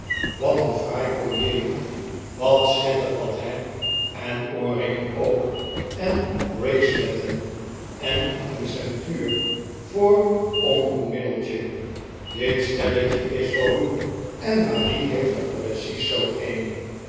wat een fraaie collier wat schittert dat he en oorringen ook en braceletten en een ceintuur voor om uw middeltje dit stelletje is voor u en marie heeft er precies zoo een